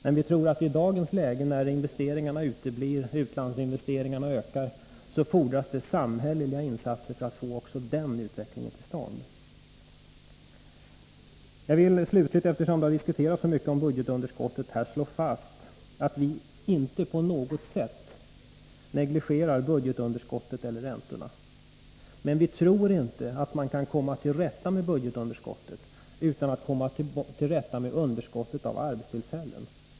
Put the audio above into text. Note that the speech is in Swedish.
Men vi tror att det i dagens läge, när investeringarna uteblir och utlandsinvesteringarna ökar, fordras samhälleliga insatser för att få också den utvecklingen till stånd. Jag vill slå fast, eftersom budgetunderskottet har diskuterats så mycket här, att vi inte på något sätt negligerar budgetunderskottet eller räntorna. Men vi tror inte att man kan komma till rätta med budgetunderskottet utan att komma till rätta med underskottet i fråga om arbetstillfällen.